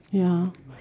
ya